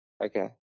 Okay